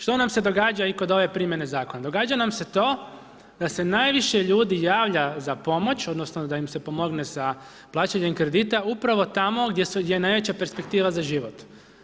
Što nam se događa kod ove primjene zakona? događa nam se to da se javiše ljudi javlja za pomoć odnosno da im se pomogne sa plaćanjem kredita upravo tamo gdje je najveća perspektiva za život.